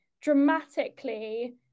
dramatically